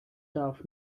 darf